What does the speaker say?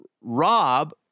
Rob